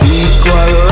equal